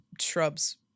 shrubs